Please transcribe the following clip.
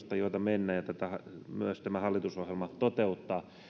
peruslinjoista joita mennään ja joita myös tämä hallitusohjelma toteuttaa